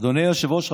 אדוני היושב-ראש,